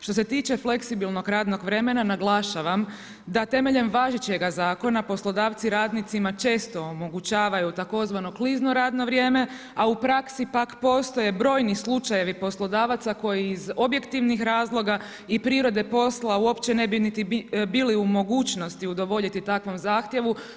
Što se tiče fleksibilnog radnog vremena, naglašavam da temeljem važećega poslodavci radnicima često omogućavaju tzv. klizno radno vrijeme, a u praksi pak postoje brojni slučajevi poslodavaca koji iz objektivnih razloga i prirode posla uopće ne bi niti bili u mogućnosti udovoljiti takvom zahtjevu.